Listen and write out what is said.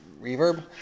reverb